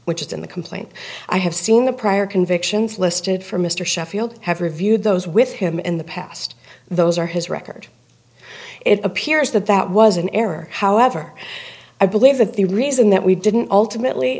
which is in the complaint i have seen the prior convictions listed for mr sheffield have reviewed those with him in the past those are his record it appears that that was an error however i believe that the reason that we didn't ultimately